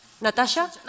Natasha